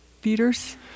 feeders